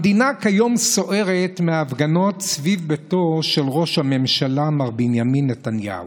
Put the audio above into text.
המדינה כיום סוערת מהפגנות סביב ביתו של ראש הממשלה מר בנימין נתניהו.